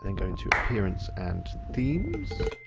and go into appearance and themes.